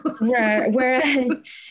Whereas